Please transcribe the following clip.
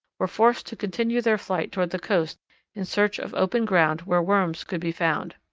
were forced to continue their flight toward the coast in search of open ground where worms could be found.